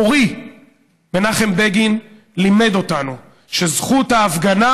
מורי מנחם בגין לימד אותנו שזכות ההפגנה